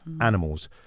animals